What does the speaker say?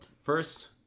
first